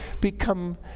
become